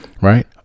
right